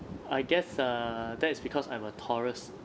I guess err that's because I'm a taurus